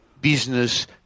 business